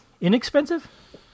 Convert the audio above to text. Inexpensive